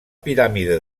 piràmide